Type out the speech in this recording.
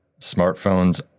Smartphones